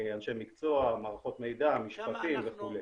אנשי מקצוע, מערכות מידע, משפטים וכו'.